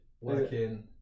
working